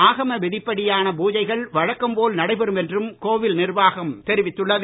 ஆகம விதிப்படியான பூஜைகள் வழக்கம் போல் நடைபெறும் என்றும் கோவில் நிர்வாகம் தெரிவித்துள்ளது